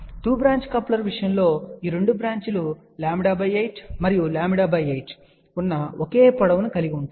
2 branch coupler విషయంలో ఈ 2 branch లు λ 8 మరియు λ8 ఉన్న ఒకే పొడవును కలిగి ఉంటాయి